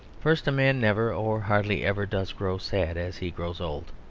first, a man never or hardly ever does grow sad as he grows old